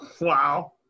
Wow